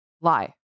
lie